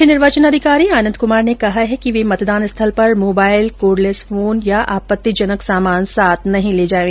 मुख्य निर्वाचन अधिकारी आनंद क्मार ने कहा है कि वे मतदान स्थल पर मोबाइल कोर्डलेस फोन या आपतिजनक सामान साथ न ले जावें